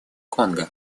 конго